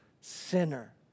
sinner